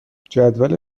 جدول